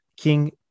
King